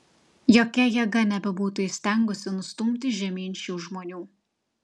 jokia jėga nebebūtų įstengusi nustumti žemyn šių žmonių